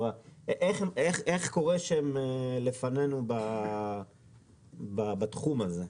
איך קורה שהם לפנינו בתחום הזה?